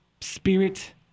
Spirit